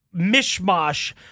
mishmash